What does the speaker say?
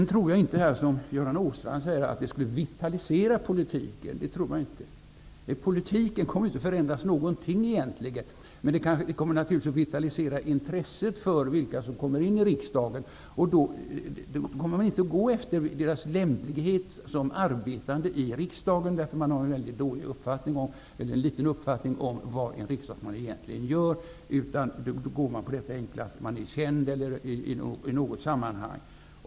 Jag tror inte som Göran Åstrand att ett inslag av personval skulle vitalisera politiken. Politiken kommer egentligen inte att förändras någonting. Ett inslag av personval kommer däremot naturligtvis att vitalisera intresset för vilka som kommer in i riksdagen. Man kommer då inte att gå efter personernas lämplighet som arbetande i riksdagen, eftersom man har en väldigt bristfällig uppfattning om vad en riksdagsman egentligen gör. I stället väljs personer som är kända i något sammanhang.